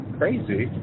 crazy